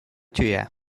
tuer